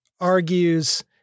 argues